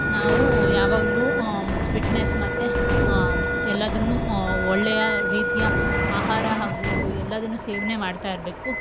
ನಾವು ಯಾವಾಗಲೂ ಫಿಟ್ನೆಸ್ ಮತ್ತು ಎಲ್ಲದನ್ನು ಒಳ್ಳೆಯ ರೀತಿಯ ಆಹಾರ ಹಾಗೂ ಎಲ್ಲದನ್ನು ಸೇವನೆ ಮಾಡ್ತಾ ಇರಬೇಕು